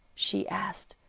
she asked.